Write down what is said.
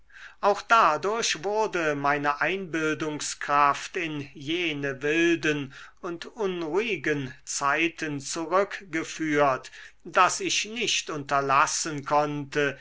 auch dadurch wurde meine einbildungskraft in jene wilden und unruhigen zeiten zurückgeführt daß ich nicht unterlassen konnte